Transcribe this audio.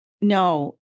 No